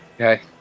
Okay